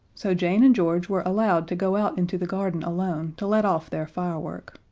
so jane and george were allowed to go out into the garden alone to let off their firework.